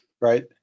right